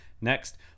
next